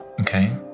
Okay